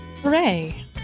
hooray